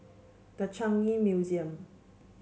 The Changi Museum